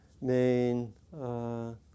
main